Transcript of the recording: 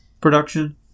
production